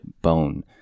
bone